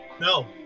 No